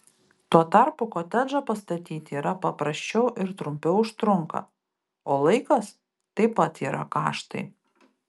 tuo tarpu kotedžą pastatyti yra paprasčiau ir trumpiau užtrunka o laikas taip pat yra kaštai